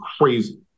crazy